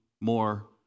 more